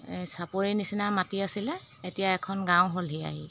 চাপৰিৰ নিচিনা মাটি আছিলে এতিয়া এখন গাঁও হ'লহি আহি